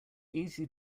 easy